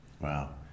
Wow